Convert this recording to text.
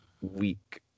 week